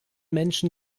menschen